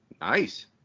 nice